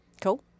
Cool